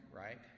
right